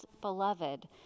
beloved